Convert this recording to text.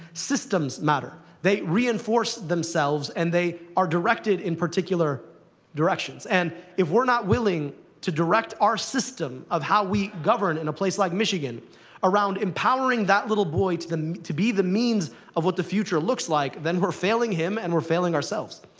systems matter. they reinforce themselves. and they are directed in particular directions. and if we're not willing to direct our system of how we govern in a place like michigan around empowering that little boy to be the means of what the future looks like, then we're failing him, and we're failing ourselves.